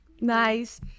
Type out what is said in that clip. Nice